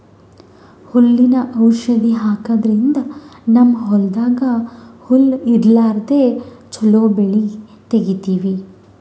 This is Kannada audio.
ಹುಲ್ಲಿನ್ ಔಷಧ್ ಹಾಕದ್ರಿಂದ್ ನಮ್ಮ್ ಹೊಲ್ದಾಗ್ ಹುಲ್ಲ್ ಇರ್ಲಾರ್ದೆ ಚೊಲೋ ಬೆಳಿ ತೆಗೀತೀವಿ